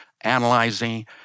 analyzing